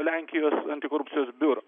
lenkijos antikorupcijos biuro